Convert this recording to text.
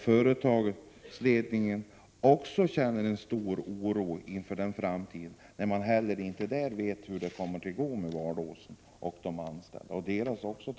Företagsledningen känner också en stor oro inför framtiden när den inte heller vet hur det kommer att gå med Valåsen, de anställda och deras trygghet.